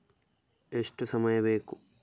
ಎಷ್ಟು ಸಮಯ ಬೇಕು?